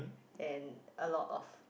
and a lot of